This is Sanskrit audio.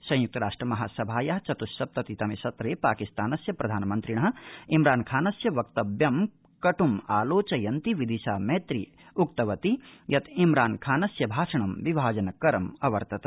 संयुक्तराष्ट्र महासभाया चतुस्सप्तति तमे सत्रे पाकिस्तानस्य प्रधानमन्त्रिण इमरान खानस्य वक्तव्यानि क ्मि् आलोचयन्ती विदिशा मैत्री उक्तवती यत् इमरानखानस्य भाषण विभाजनकरम् आसीत्